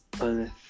on